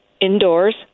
indoors